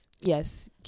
yes